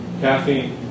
caffeine